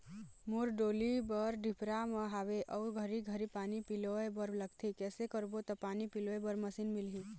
मोर डोली हर डिपरा म हावे अऊ घरी घरी पानी पलोए बर लगथे कैसे करबो त पानी पलोए बर मशीन मिलही?